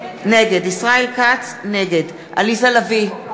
נגד עליזה לביא,